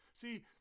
See